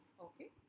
Okay